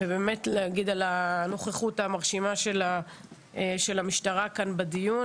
גם להגיד על הנוכחות המרשימה של המשטרה כאן בדיון,